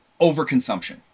overconsumption